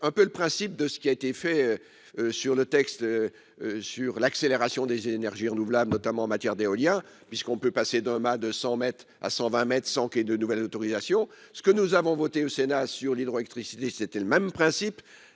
un peu le principe de ce qui a été fait sur le texte sur l'accélération des énergies renouvelables, notamment en matière d'éolien puisqu'on peut passer d'un mât de 100 mètres à 120 mètres sans qu'il y ait de nouvelles autorisations, ce que nous avons voté au Sénat sur l'hydroélectricité, c'était le même principe,